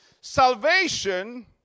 Salvation